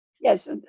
Yes